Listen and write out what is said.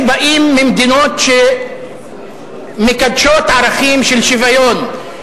שבאים ממדינות שמקדשות ערכים של שוויון,